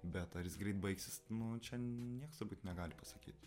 bet ar jis greit baigsis nu čia nieks turbūt negali pasakyt